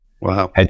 Wow